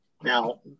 Now